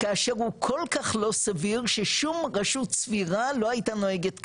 כאשר הוא כל כך לא סביר ששום רשות סבירה לא הייתה נוהגת כך,